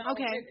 Okay